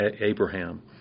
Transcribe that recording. Abraham